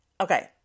okay